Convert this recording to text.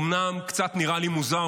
אומנם קצת נראה לי מוזר,